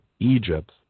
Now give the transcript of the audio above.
Egypt